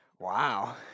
Wow